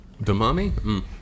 Damami